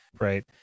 right